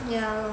yeah lor